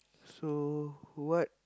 so what